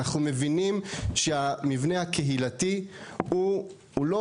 אנחנו מבינים שהמבנה הקהילתי הוא לא